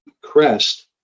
crest